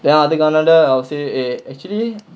then I'll take another then I'll say eh actually